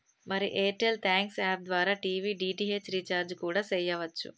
మరి Airtel thanks app ద్వారా TV DTH recharge కూడా సెయ్యవచ్చు